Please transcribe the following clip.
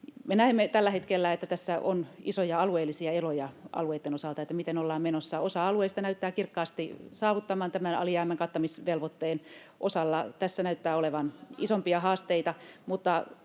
näemme tällä hetkellä, että tässä on isoja alueellisia eroja alueitten osalta, miten ollaan menossa. Osa alueista näyttää kirkkaasti saavuttavan tämän alijäämän kattamisvelvoitteen, ja osalla tässä näyttää olevan isompia haasteita, mutta